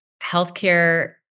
healthcare